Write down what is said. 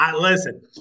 listen